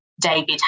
David